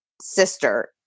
sister